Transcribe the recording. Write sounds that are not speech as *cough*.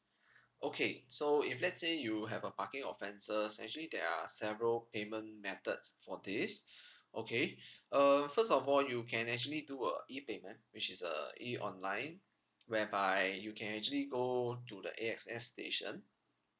*breath* okay so if let's say you have a parking offences actually there are several payment methods for this *breath* okay *breath* um first of all you can actually do a E payment which is a E online whereby you can actually go to the A_X_S station